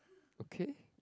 okay